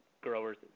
growers